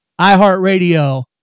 iHeartRadio